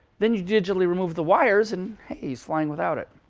then you digitally remove the wires, and he's flying without it.